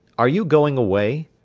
are you going away?